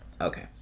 Okay